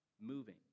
moving